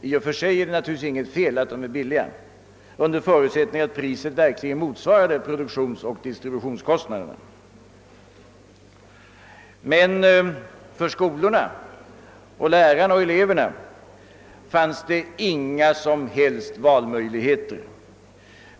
I och för sig är det naturligtvis inte något fel att de är billiga, under förutsättning att priset verkligen motsvarar produktionsoch distributionskostnaderna. Men för skolorna och lärarna och eleverna fanns det inga som helst valmöjligheter.